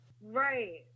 Right